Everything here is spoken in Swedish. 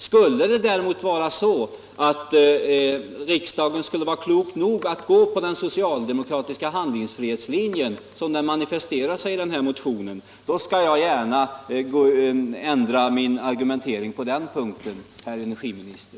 Skulle riksdagen emellertid vara klok nog att gå på den socialdemokratiska handlingsfrihetslinjen, som manifesteras i vår motion, skall jag gärna ändra min argumentering på den punkten, herr energiminister.